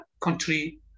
country